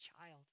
child